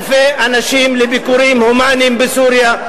אלפי אנשים לביקורים הומניים בסוריה.